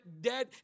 dead